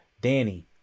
danny